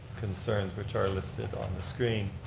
concerns, which are listed on the screen.